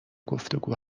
گفتگو